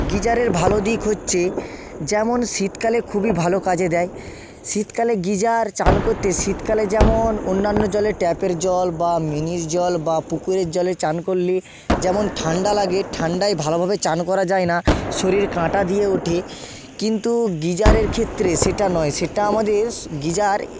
গিজারের ভালো দিক হচ্ছে যেমন শীতকালে খুবই ভালো কাজে দেয় শীতকালে গিজারে স্নান করতে শীতকালে যেমন অন্যান্য জলে ট্যাপের জল বা মিনির জল বা পুকুরের জলে স্নান করলে যেমন ঠান্ডা লাগে ঠান্ডায় ভালোভাবে স্নান করা যায় না শরীর কাঁটা দিয়ে ওঠে কিন্তু গিজারের ক্ষেত্রে সেটা নয় সেটা আমাদের গিজার